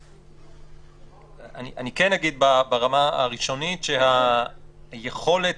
אני כן אגיד ברמה הראשונית שהיכולת